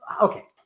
okay